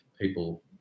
people